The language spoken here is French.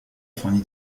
fourni